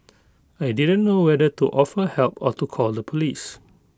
I didn't know whether to offer help or to call the Police